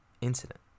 incident